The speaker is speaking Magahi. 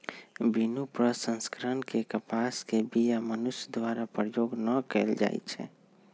बिनु प्रसंस्करण के कपास के बीया मनुष्य द्वारा प्रयोग न कएल जाइ छइ